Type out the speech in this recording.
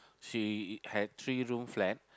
she had three room flat